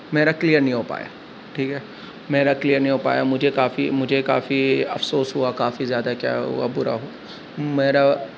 میرا کلیئر نہیں ہو پایا ٹھیک ہے میرا کلیئر نہیں ہو پایا مجھے کافی مجھے کافی افسوس ہوا کافی زیادہ کیا برا ہوا میرا